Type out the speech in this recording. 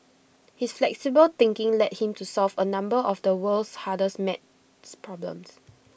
his flexible thinking led him to solve A number of the world's hardest math problems